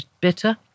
bitter